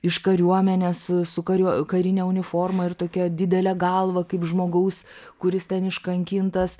iš kariuomenės su kariu karine uniforma ir tokia didele galva kaip žmogaus kuris ten iškankintas